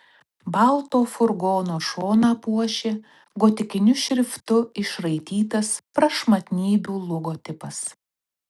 balto furgono šoną puošė gotikiniu šriftu išraitytas prašmatnybių logotipas